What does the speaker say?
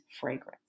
fragrance